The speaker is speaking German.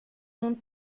nun